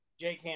Jake